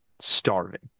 starving